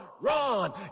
run